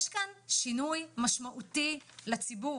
יש כאן שינוי משמעותי לציבור,